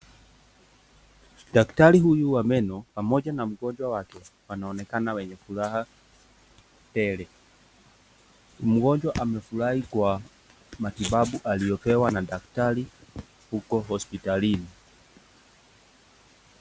Daktari huyu wa meno pamoja na mgonjwa wake wanaonekana wenye furaha tele. Mgonjwa amefurahi kwa matibabu aliyopewa na daktari huko hospitalini.